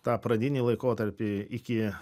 tą pradinį laikotarpį iki